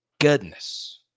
goodness